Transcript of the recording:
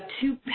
two